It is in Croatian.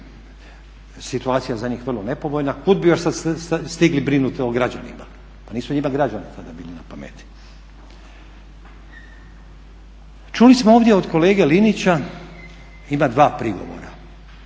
situacija za njih vrlo nepovoljna, kuda bih još sada stigli brinuti o građanima, pa nisu njima građani tada bili na pameti. Čuli smo ovdje od kolege Linića, ima dva prigovora,